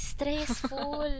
Stressful